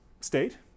state